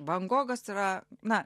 van gogas yra na